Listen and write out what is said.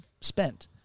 spent